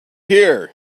here